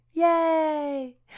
Yay